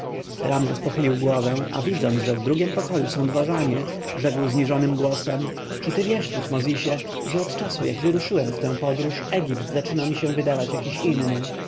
ramzes pochylił głowę a widząc że w drugim pokoju są dworzanie rzekł zniżonym głosem czy ty wiesz tutmozisie że od czasu jak wyruszyłem w tę podróż egipt zaczyna mi się wydawać jakiś inny